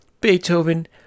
Beethoven